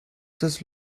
just